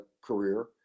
career